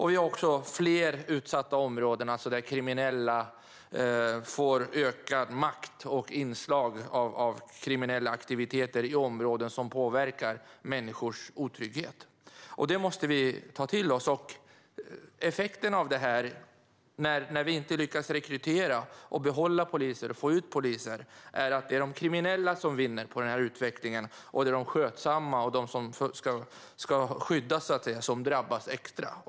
Vi har också fler utsatta områden, alltså områden där kriminella får ökad makt och där inslag av kriminella aktiviteter ökar människors otrygghet. Det måste vi ta till oss. Effekten av att vi inte lyckas rekrytera, behålla och få ut poliser är att de kriminella vinner på den utvecklingen och att de skötsamma, de som ska skyddas, drabbas extra.